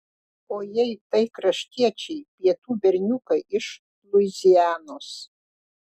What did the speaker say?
o jei tai kraštiečiai pietų berniukai iš luizianos